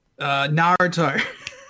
Naruto